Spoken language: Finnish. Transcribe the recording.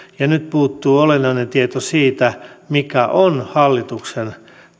ja nyt puuttuu olennainen tieto siitä mikä on hallituksen